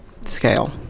scale